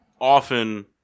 often